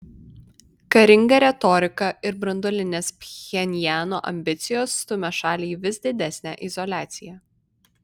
karinga retorika ir branduolinės pchenjano ambicijos stumia šalį į vis didesnę izoliaciją